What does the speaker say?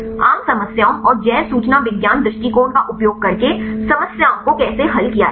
आम समस्याओं और जैव सूचना विज्ञान दृष्टिकोण का उपयोग करके समस्याओं को कैसे हल किया जाए